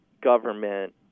government